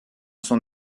son